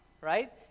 right